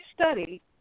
study